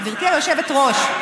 גברתי היושבת-ראש,